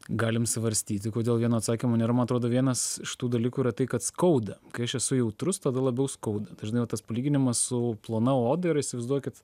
galim svarstyti kodėl vieno atsakymo nėra man atrodo vienas iš tų dalykų yra tai kad skauda kai aš esu jautrus tada labiau skauda dažnai va tas palyginimas su plona oda yra įsivaizduokit